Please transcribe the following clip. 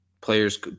Players